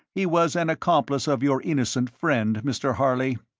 he was an accomplice of your innocent friend, mr. harley.